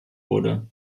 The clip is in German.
wurde